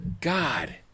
God